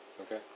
Okay